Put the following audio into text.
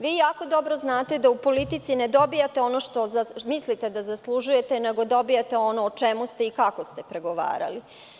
Vi jako dobro znate da u politici ne dobijate ono što mislite da zaslužujete, nego dobijate ono o čemu ste i kako ste pregovarali.